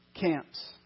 camps